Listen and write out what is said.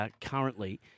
currently